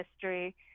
history